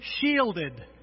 shielded